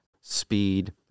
speed